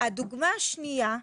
הדוגמה השנייה,